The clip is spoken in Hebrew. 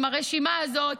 עם הרשימה הזו,